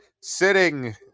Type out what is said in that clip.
sitting